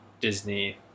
Disney